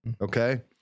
okay